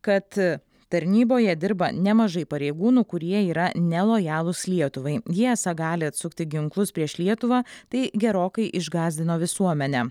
kad tarnyboje dirba nemažai pareigūnų kurie yra nelojalūs lietuvai jie esą gali atsukti ginklus prieš lietuvą tai gerokai išgąsdino visuomenę